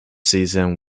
season